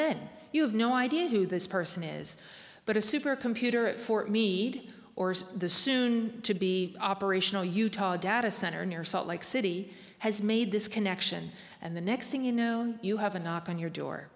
then you have no idea who this person is but a super computer at fort meade or the soon to be operational utah data center near salt lake city has made this connection and the next thing you know you have a knock on your door